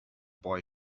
boy